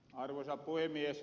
arvoisa puhemies